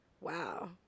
Wow